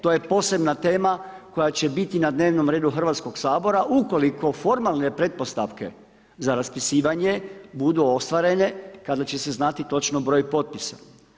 To je posebna tema koja će biti na dnevnom redu Hrvatskog sabora ukoliko formalne pretpostavke za raspisivanje budu ostvarene kada će se znati točno broj potpisa.